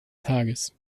tages